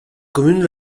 commune